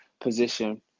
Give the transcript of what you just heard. position